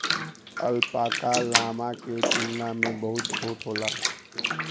alpaca, llama के तुलना में बहुत छोट होला